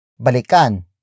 Balikan